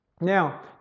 Now